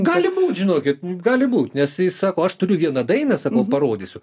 gali būt žinokit gali būt nes jis sako aš turiu vieną dainą sako parodysiu